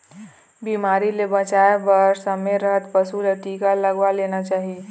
बिमारी ले बचाए बर समे रहत पशु ल टीका लगवा लेना चाही